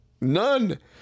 none